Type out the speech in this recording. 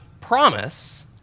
promise